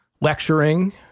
lecturing